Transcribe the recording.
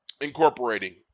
incorporating